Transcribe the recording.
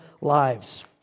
lives